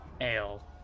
ale